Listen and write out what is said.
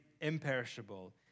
imperishable